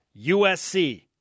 USC